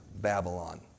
Babylon